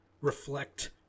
reflect